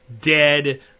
dead